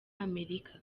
amerika